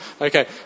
Okay